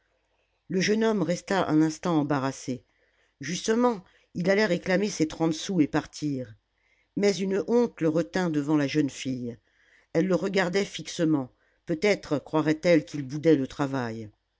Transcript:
le jeune homme resta un instant embarrassé justement il allait réclamer ses trente sous et partir mais une honte le retint devant la jeune fille elle le regardait fixement peut-être croirait elle qu'il boudait le travail